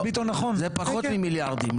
זה פחות ממיליארדים.